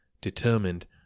determined